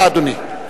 אדוני,